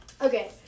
Okay